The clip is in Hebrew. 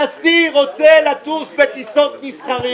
הנשיא רוצה לטוס בטיסות מסחריות.